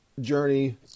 journey